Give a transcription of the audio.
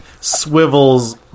swivels